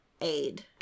aid